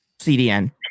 CDN